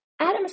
Adam